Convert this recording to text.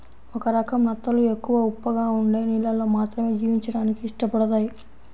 ఒక రకం నత్తలు ఎక్కువ ఉప్పగా ఉండే నీళ్ళల్లో మాత్రమే జీవించడానికి ఇష్టపడతయ్